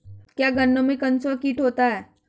क्या गन्नों में कंसुआ कीट होता है?